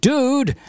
Dude